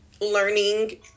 learning